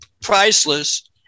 priceless